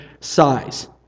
size